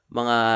mga